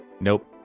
Nope